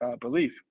belief